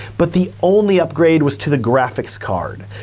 but the only upgrade was to the graphics card.